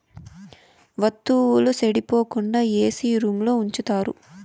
వత్తువుల సెడిపోకుండా ఏసీ రూంలో ఉంచుతారు